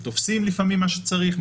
תופסים לפעמים מה שצריך,